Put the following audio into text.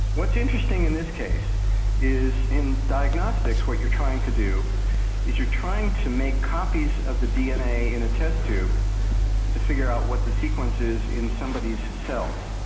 what's interesting in this case is in diagnostics what you're trying to do is you're trying to make copies of the dna in a test tube to figure out what the sequence is in somebody's cells.